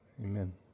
Amen